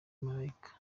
malayika